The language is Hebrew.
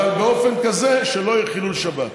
באופן כזה שלא יהיה חילול שבת.